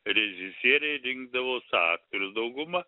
režisieriai rinkdavos aktorius dauguma